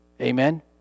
Amen